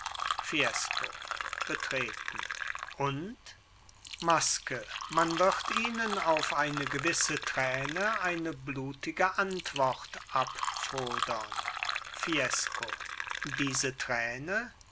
fiesco betreten und maske man wird ihnen auf eine gewisse träne eine blutige antwort abfodern fiesco diese träne